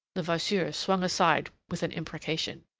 levasseur swung aside with an imprecation.